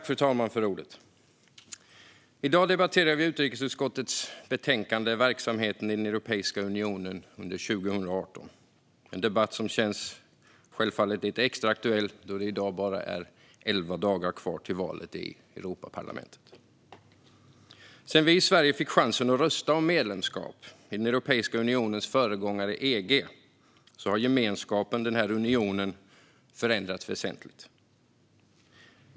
Fru talman! I dag debatterar vi utrikesutskottets betänkande Verksamheten i Europeiska unionen under 2018 . Det är en debatt som självklart känns lite extra aktuell då det i dag är bara elva dagar kvar till valet till Europaparlamentet. Sedan vi i Sverige fick chansen att rösta om medlemskap till Europeiska unionens föregångare EG har gemenskapen i unionen förändrats väsentligt.